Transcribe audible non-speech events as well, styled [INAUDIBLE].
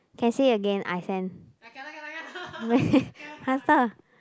can say again I send [LAUGHS] faster